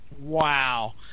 Wow